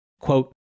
Quote